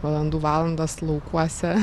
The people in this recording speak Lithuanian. valandų valandas laukuose